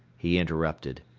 he interrupted,